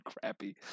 Crappy